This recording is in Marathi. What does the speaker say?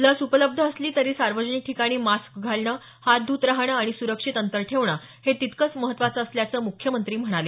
लस उपलब्ध असली तरी सार्वजनिक ठिकाणी मास्क घालणं हात धूत राहणं आणि सुरक्षित अंतर ठेवणं हे तितकच महत्त्वाचं असल्याचं मुख्यमंत्री म्हणाले